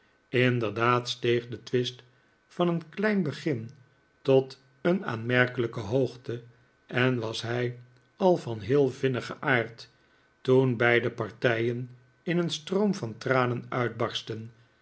inderdaad steeg de twist van een klein begin tot een aanmerkelijke hoogte en was hij al van heel vinnigen aard toen beide partijen in een stroom van tranen uitbarstten